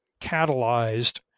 catalyzed